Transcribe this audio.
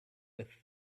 with